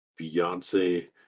Beyonce